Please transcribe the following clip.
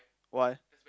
why